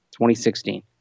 2016